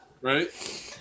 right